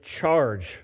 charge